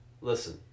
listen